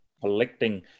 collecting